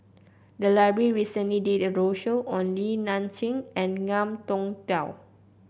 the library recently did a roadshow on Li Nanxing and Ngiam Tong Dow